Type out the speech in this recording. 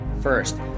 First